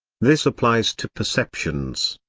this applies to perceptions,